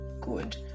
good